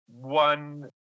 one